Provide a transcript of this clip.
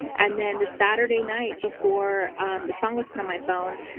and then the saturday night before um the song was put on my phone,